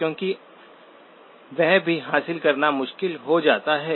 क्योंकि वह भी हासिल करना मुश्किल हो जाता है